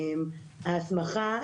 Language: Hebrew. ההסמכה,